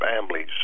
families